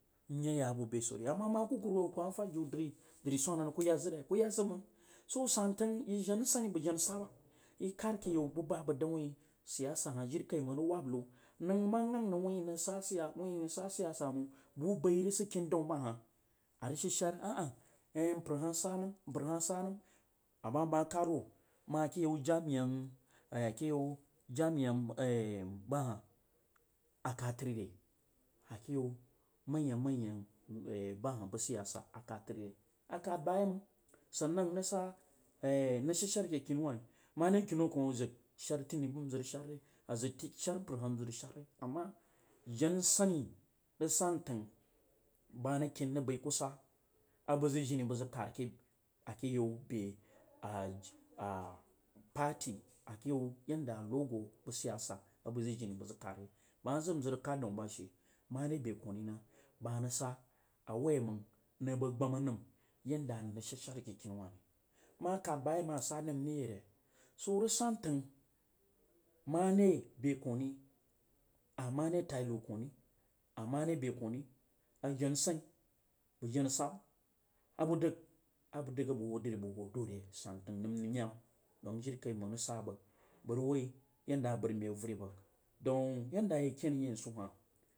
Nye ye ba be soh. A ma ma kukukurhwo kuma fad jiu jri dri swana rəg kuya zəre? Kuya zog mong so santanf i jena nsuhni bag jena sahba i kad keyam bag dang wuisiyasa he jirikaimang rəg wub nju njan sang rag wui aŋng sa siyasa mang bu bai rag sid ken daun bah arav sheshar ahah mpar hah sunəm mpar hah sa nan a ma bag ma kad yake yam jirikiam ba hah a kad təri re? A keuah maya mayan bu siyasa a kad təri re a kad bu yei mang. Sanan nrag sa nras shad sha kee kini weh ri more kinau koh a zəg sher tinibu izag shad re a zag shor mpar hah n zag rag shar re. Ama jena nsuhnu rəg sun təng bama ra ken rag kei kusa abfag zəg jini basdy keke ake yaube zag jini basdy keke ake yaube party ake yau yenda nɗu arho bu siysa abəg zasjini bas dag kad yei bag ma za naz kad dau bashe more be koh rinah awaoi mang nang bag shama nam yadda and resha shadshe ke kini wuh yadda and ra gha shadshe ke kiniwuh ri. Mang a kad ba mang abane nrd yire?. Soo rag san trang more bekoh ri a more tainau koh ri amore be koh vira jena nsahin bag jena sahba a bəg dəg abəg dəg abog hoo dri bashow duriya san tang nəm yema dons jirikai mang rog su bag vəg wsi yenda abəg rəs men aviəri bəg. Daun yenda irag ken yenzu hah.